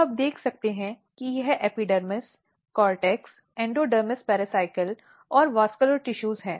तो आप देख सकते हैं कि यह एपिडर्मिस कॉर्टेक्स एंडोडर्मिस पेरिसायकल और संवहनी ऊतक है